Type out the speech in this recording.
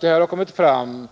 Det här har kommit fram